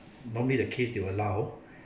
normally the case they will allow